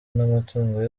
n’amatungo